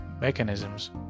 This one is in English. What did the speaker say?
mechanisms